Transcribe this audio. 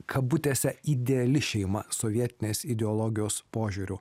kabutėse ideali šeima sovietinės ideologijos požiūriu